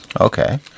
Okay